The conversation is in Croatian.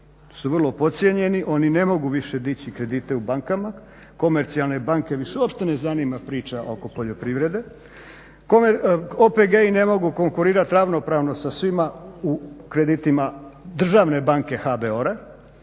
su vrlo podcijenjeni, oni ne mogu više dići kredite u bankama, komercijalne banke više uopće ne zanima priča oko poljoprivrede. OPG-i ne mogu konkurirati ravnopravno sa svima u kreditima državne banke HABOR-a,